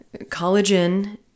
collagen